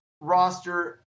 roster